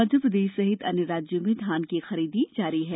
मध्यप्रदेश सहित अन्य राज्यों में धान की खरीद जारी है